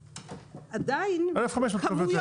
קנס בגובה 1,500 שקלים יכאב יותר.